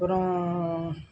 அப்புறம்